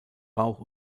bauch